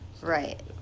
Right